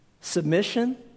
Submission